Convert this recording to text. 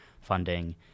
funding